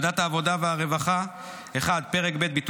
הוועדות האלה ידונו בפרקים ובסעיפים